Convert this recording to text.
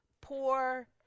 poor